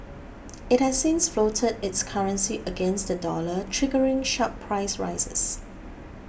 it has since floated its currency against the dollar triggering sharp price rises